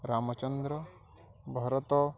Ramachandra Bharat